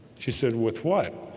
she said with what